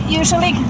usually